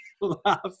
laugh